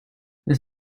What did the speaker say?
this